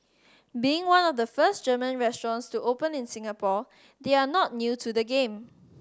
being one of the first German restaurants to open in Singapore they are not new to the game